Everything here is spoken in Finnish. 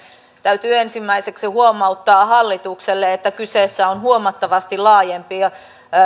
täytyy ensimmäiseksi huomauttaa hallitukselle että kyseessä on huomattavasti laajempi